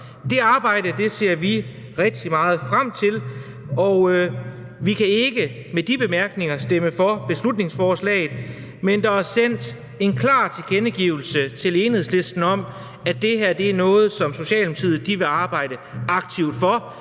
Det arbejde ser vi rigtig meget frem til. Og med de bemærkning kan vi ikke stemme for beslutningsforslaget, men har sendt en klar tilkendegivelse til Enhedslisten om, at det her er noget, som Socialdemokratiet vil arbejde aktivt for.